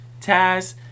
Taz